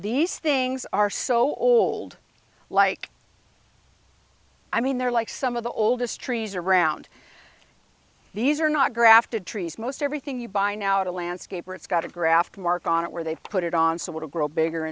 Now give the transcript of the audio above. these things are so old like i mean they're like some of the oldest trees around these are not grafted trees most everything you buy now is a landscaper it's got a graft mark on it where they put it on so little grow bigger